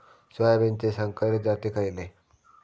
सोयाबीनचे संकरित जाती खयले?